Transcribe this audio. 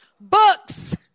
books